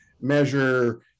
measure